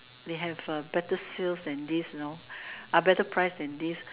they have a better sales than this you know ah better price than this